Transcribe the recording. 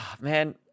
Man